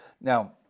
Now